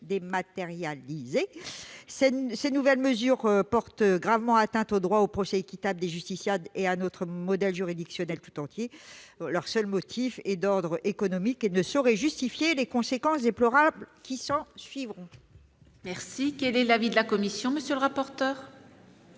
dématérialisée. Ces nouvelles mesures portent gravement atteinte au droit des justiciables à un procès équitable et à notre modèle juridictionnel tout entier. Leur seul motif est d'ordre économique et ne saurait justifier les conséquences déplorables qui s'ensuivront. Quel est l'avis de la commission ? Ma chère